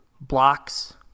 blocks